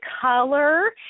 color